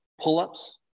pull-ups